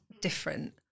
different